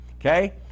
Okay